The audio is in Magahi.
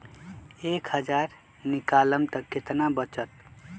एक हज़ार निकालम त कितना वचत?